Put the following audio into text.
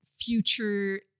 Future